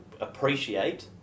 appreciate